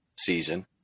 season